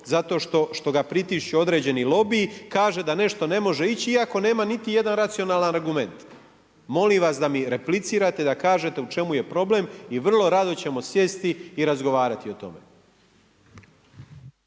zato što ga pritišću određeni lobiji kaže da nešto ne može ići iako nema niti jedan racionalan argument. Molim vas da mi replicirate i da kažete u čemu je problem i vrlo rado ćemo sjesti i razgovarati o tome.